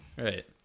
Right